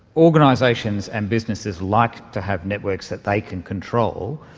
organisations and businesses like to have networks that they can control.